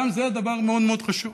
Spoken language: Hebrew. גם זה דבר מאוד מאוד חשוב.